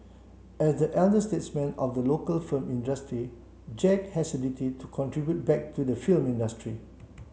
as the elder statesman of the local film industry Jack has a duty to contribute back to the film industry